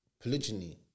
polygyny